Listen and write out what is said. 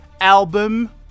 Album